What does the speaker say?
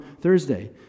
Thursday